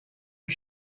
you